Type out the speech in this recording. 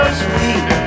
sweet